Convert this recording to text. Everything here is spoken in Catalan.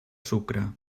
sucre